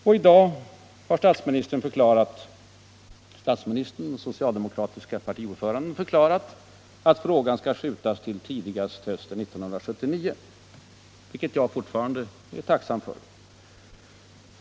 I dag har statsministern och den socialdemokratiske partiordföranden förklarat att frågan skall skjutas till tidigast hösten 1979, vilket jag fortfarande är tacksam för.